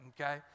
Okay